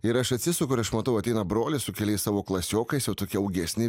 ir aš atsisuku ir aš matau ateina brolis su keliais savo klasiokais jau tokie augesni